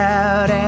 out